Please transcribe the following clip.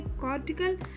cortical